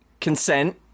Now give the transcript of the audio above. Consent